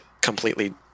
completely